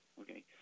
Okay